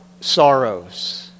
sorrows